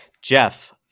jeff